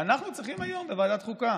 שאנחנו צריכים היום בוועדת חוקה